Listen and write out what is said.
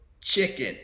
chicken